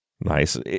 Nice